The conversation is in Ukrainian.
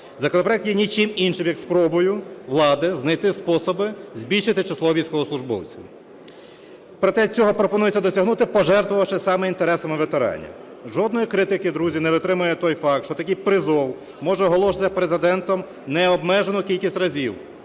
Законопроект є ні чим іншим, як спробою влади знайти способи збільшити число військовослужбовців. Проте, цього пропонується досягнути, пожертвувавши саме інтересами ветеранів. Жодної критики, друзі, не витримує той факт, що такий призов може оголошуватися Президентом необмежену кількість разів,